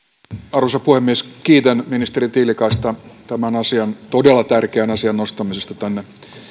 arvoisa puhemies kiitän ministeri tiilikaista tämän todella tärkeän asian nostamisesta tänne